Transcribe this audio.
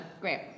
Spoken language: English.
Great